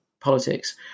politics